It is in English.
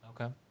Okay